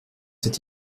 cet